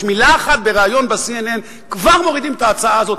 בשביל מלה אחת בריאיון ב-CNN כבר מורידים את ההצעה הזאת,